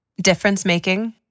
difference-making